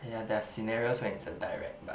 ya there are scenarios when it's a direct but